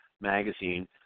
magazine